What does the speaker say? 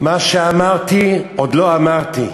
מה שאמרתי עוד לא אמרתי,